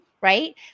right